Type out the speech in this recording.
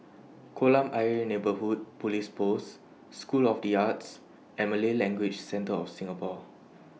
Kolam Ayer Neighbourhood Police Post School of The Arts and Malay Language Centre of Singapore